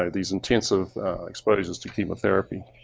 ah these intensive exposures to chemotherapy.